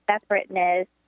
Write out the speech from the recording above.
separateness